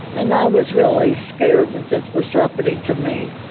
and i was really scared that this was happening to me.